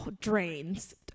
drains